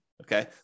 Okay